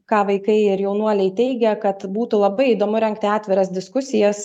ką vaikai ir jaunuoliai teigia kad būtų labai įdomu rengti atviras diskusijas